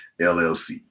LLC